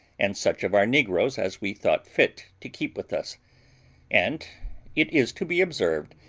and such of our negroes as we thought fit to keep with us and it is to be observed,